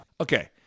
Okay